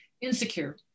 insecure